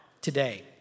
today